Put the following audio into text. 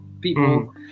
people